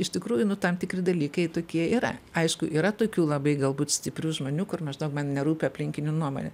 iš tikrųjų nu tam tikri dalykai tokie yra aišku yra tokių labai galbūt stiprių žmonių kur maždaug man nerūpi aplinkinių nuomonė